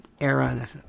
era